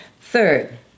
Third